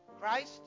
Christ